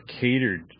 catered